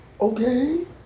okay